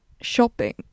shopping